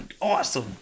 Awesome